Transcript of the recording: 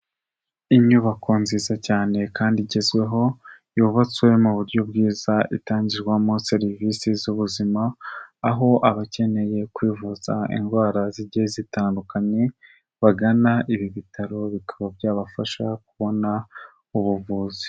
Inyubako nziza cyane kandi igezweho, yubatswe mu buryo bwiza, itangirwamo serivisi z'ubuzima ,aho abakeneye kwivuza indwara zigiye zitandukanye bagana, ibi bitaro bikaba byabafasha kubona ubuvuzi.